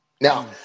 Now